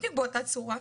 בדיוק באותה צורה.